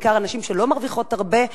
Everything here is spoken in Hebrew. בעיקר את הנשים שלא מרוויחות הרבה,